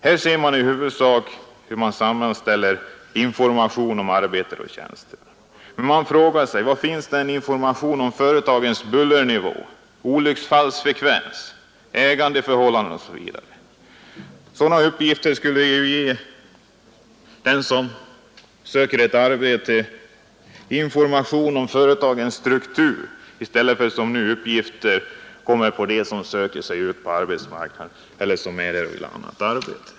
Här ser man i huvudsak hur information om arbete och tjänster sammanställts. Man frågar sig var informationen finns om företagens bullernivå, olycksfallsfrekvens, ägandeförhållanden osv. Sådana uppgifter skulle ju ge den som söker ett arbete information om företagens struktur i stället för att som nu är fallet uppgifter om dem som söker sig ut på arbetsmarknaden eller som vill ha annat arbete.